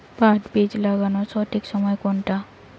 পাট বীজ লাগানোর সঠিক সময় কোনটা?